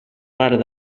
part